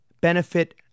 benefit